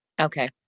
Okay